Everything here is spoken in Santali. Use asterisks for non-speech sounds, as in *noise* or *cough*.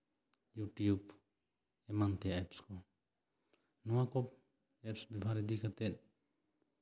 *unintelligible* ᱮᱢᱟᱱ ᱛᱮᱭᱟᱜ ᱮᱯᱥ ᱠᱚ ᱱᱚᱣᱟ ᱠᱚ ᱮᱯᱥ ᱵᱮᱵᱚᱦᱟᱨ ᱤᱫᱤ ᱠᱟᱛᱮ